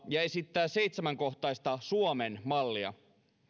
ja esittää seitsemänkohtaista suomen mallia